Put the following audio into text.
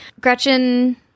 Gretchen